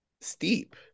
steep